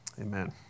Amen